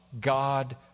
God